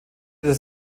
der